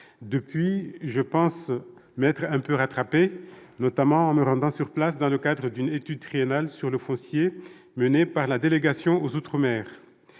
Depuis, je pense m'être un peu rattrapé, notamment en me rendant sur place dans le cadre d'une étude triennale sur le foncier menée par la délégation sénatoriale